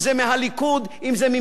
אם ממרצ או מקדימה.